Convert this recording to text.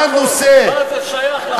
אתה נושא, מה זה שייך לחוק?